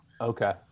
okay